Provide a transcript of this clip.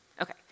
Okay